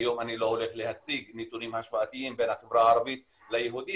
היום אני לא הולך להציג נתונים השוואתיים בין החברה הערבית ליהודית,